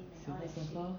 silver surfer